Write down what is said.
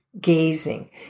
gazing